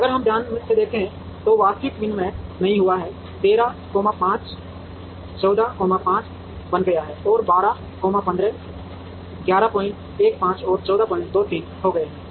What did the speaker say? अगर हम ध्यान से देखें तो वास्तविक विनिमय नहीं हुआ है 13 अल्पविराम 5 14 अल्पविराम 5 बन गए हैं और 12 अल्पविराम 15 1115 और 1423 हो गए हैं